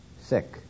sick